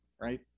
right